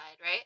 right